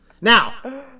Now